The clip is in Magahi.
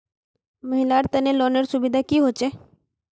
महिलार तने लोनेर सुविधा की की होचे?